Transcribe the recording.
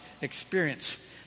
experience